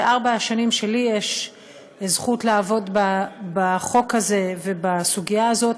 בארבע השנים שלי יש זכות לעבוד בחוק הזה ובסוגיה הזאת,